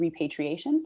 repatriations